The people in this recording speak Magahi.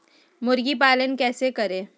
मुर्गी पालन कैसे करें?